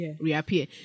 reappear